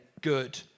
good